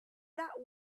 that